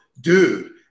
dude